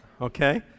okay